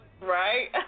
Right